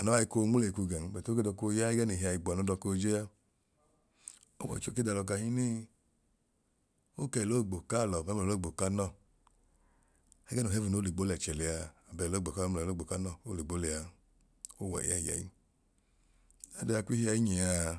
anua ikoo nmleikwu gẹn but odọko ya ẹgẹ n'ihi ai gboa no dọkoo jea. Ọwọicho ke d'alọ kahinii okẹloogbo k'alọ mẹmlẹloogbo kanọọ ẹgẹ nu heaven oo ligbo l'ẹchẹ lẹa abẹẹloogbo k'alọ mẹmlẹloogbo k'anọọ oo ligbo lẹaa, oo wẹyẹẹyẹyi, adaa kw'ihia inyi aa